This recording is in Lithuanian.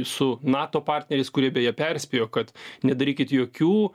su nato partneriais kurie beje perspėjo kad nedarykit jokių